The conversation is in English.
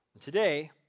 Today